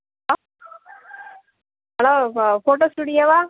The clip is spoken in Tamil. ஹலோ ஹலோ ஃபோ ஃபோட்டோ ஸ்டுடியோவா